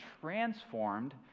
transformed